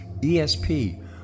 ESP